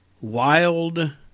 wild